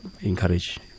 encourage